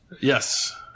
yes